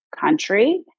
country